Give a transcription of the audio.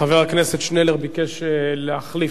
חבר הכנסת שנלר ביקש להחליף.